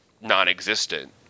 non-existent